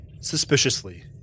suspiciously